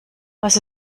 was